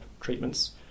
treatments